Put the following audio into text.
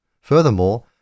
Furthermore